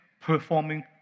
performing